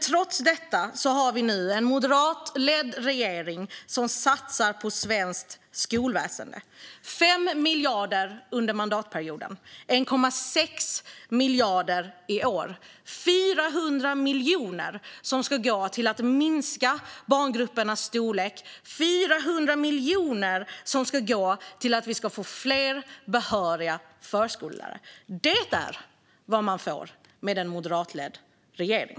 Trots det satsar den moderatledda regeringen på svenskt skolväsen och lägger 5 miljarder under mandatperioden varav 1,6 miljarder i år. Det är 400 miljoner som ska gå till att minska barngruppernas storlek och till att vi ska få fler behöriga förskollärare. Det är vad man får med en moderatledd regering.